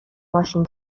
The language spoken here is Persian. ماشین